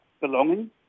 belonging